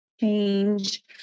change